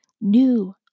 new